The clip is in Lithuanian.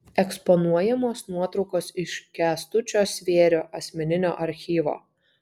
eksponuojamos nuotraukos iš kęstučio svėrio asmeninio archyvo